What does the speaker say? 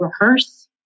rehearse